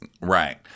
Right